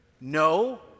No